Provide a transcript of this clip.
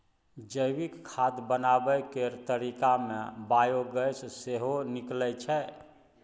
जैविक खाद बनाबै केर तरीका मे बायोगैस सेहो निकलै छै